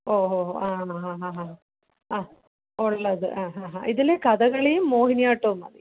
ഓ ഹോ ഹോ ആ ഹ ഹ ഹ ഹാ ആ ഉള്ളത് ഹാ ഹാ ഹാ ഇതിൽ കഥകളിയും മോഹിനിയാട്ടവും മതി